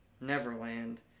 Neverland